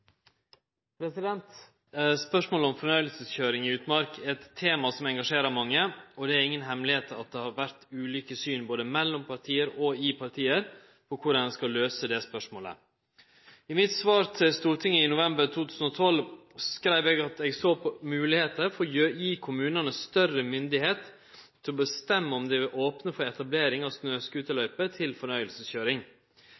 tema som engasjerer mange, og det er ingen hemmelegheit at det har vore ulike syn både mellom parti og i partia på korleis ein skal løyse det spørsmålet. I mitt svar til Stortinget i november 2012 skreiv eg at eg såg på «muligheter for å gi kommunene større myndighet til å bestemme om de vil åpne for etablering av